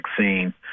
vaccine